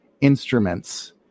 instruments